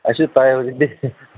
ꯑꯁꯤ